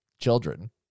children